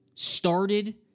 Started